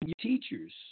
teachers